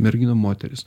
merginom moterys